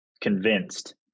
convinced